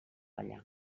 allà